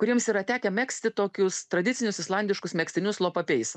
kuriems yra tekę megzti tokius tradicinius islandiškus megztinius lopa peisa